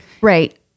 Right